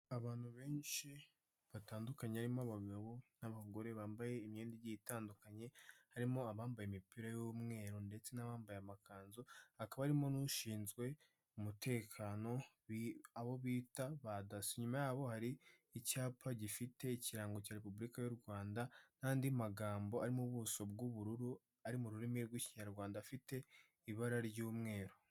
Abantu benshi batandukanye, harimo abagabo n'abagore bambaye imyenda igiye itandukanye, harimo abambaye imipira y'umweru ndetse n'abambaye amakanzu, hakaba harimo n'ushinzwe umutekano, abo bita ba DASSO, inyuma yabo hari icyapa gifite ikirango cya repubulika y'u Rwanda, n'andi magambo ari mu buso bw'ubururu, ari mu rurimi rw'ikinyarwanda afite ibara ry'umweru.